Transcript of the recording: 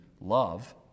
love